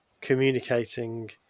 communicating